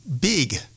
big